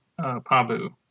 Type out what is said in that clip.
Pabu